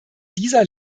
dieser